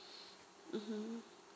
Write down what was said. mm